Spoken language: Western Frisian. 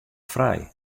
frij